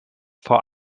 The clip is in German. vor